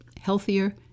healthier